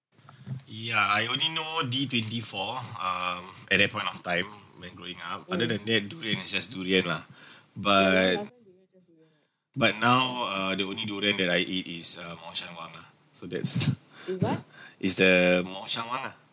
yeah I only know D twenty four (um)at that point of time when growing up other than that durian is just durian lah but but now uh the only durian that I eat is uh mao shan wang lah so that's is the mao shan wang lah